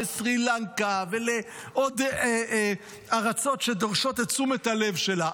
לסרי לנקה ולעוד ארצות שדורשות את תשומת הלב שלה.